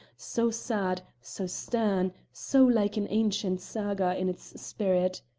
so sad, so stern, so like an ancient saga in its spirit?